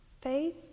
Faith